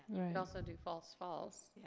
could also do false, false.